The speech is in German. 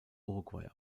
uruguay